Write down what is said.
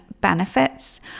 benefits